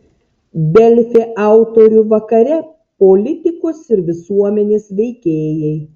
delfi autorių vakare politikos ir visuomenės veikėjai